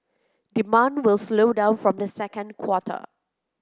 demand will slow down from the second quarter